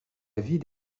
ville